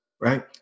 right